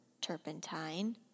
turpentine